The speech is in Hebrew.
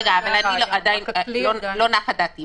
לא נחה דעתי.